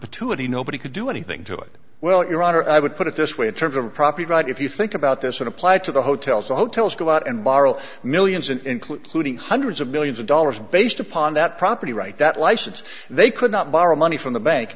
perpetuity nobody could do anything to it well your honor i would put it this way in terms of a property right if you think about this when applied to the hotels the hotels go out and borrow millions an include ing hundreds of millions of dollars based upon that property right that license they could not borrow money from the bank